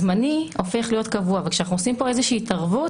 הזמני הופך להיות קבוע וכשאנחנו עושים פה איזושהי התערבות,